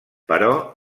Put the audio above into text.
però